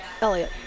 Elliot